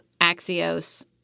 Axios